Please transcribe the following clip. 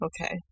okay